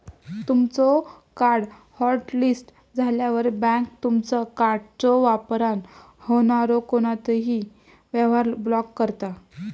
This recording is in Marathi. तुमचो कार्ड हॉटलिस्ट झाल्यावर, बँक तुमचा कार्डच्यो वापरान होणारो कोणतोही व्यवहार ब्लॉक करता